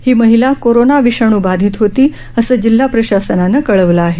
ही महिला कोरोना विषाणू बाधित होती असं जिल्हा प्रशासनानं कळवलं आहे